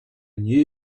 knew